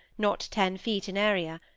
not ten feet in area,